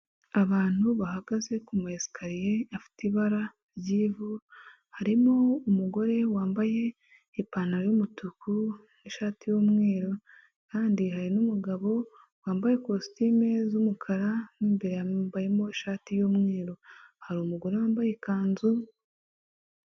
Abantu bahagaze ku ma esikariye afite ibara ry'ivu, harimo umugore wambaye ipantaro y'umutuku n'ishati y'umweru, kandi hari n'umugabo wambaye ikositimu z'umukara mo imbere yambayemo ishati y'umweru hari umugore wambaye ikanzu.